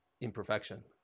imperfection